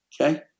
okay